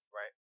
right